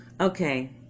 Okay